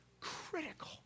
critical